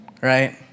right